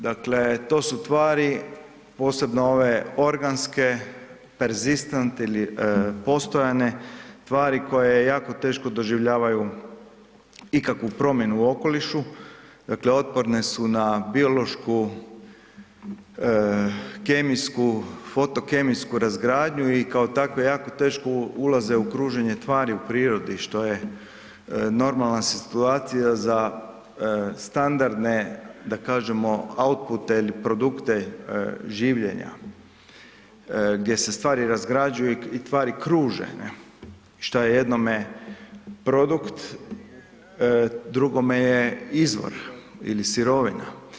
Dakle, to su tvari, posebno ove organske perzistant ili postojane tvari koje jako teško doživljavaju ikakvu promjenu u okolišu, dakle otporne su na biološko-kemijsku, foto kemijsku razgradnju i kao takve je jako teško ulaze u kruženje tvari u prirodi što je normalna situacija za standardne da kažemo autpute i produkte življenja gdje se stvari razgrađuju i tvari kruže, šta je jednome produkt drugome je izvor ili sirovina.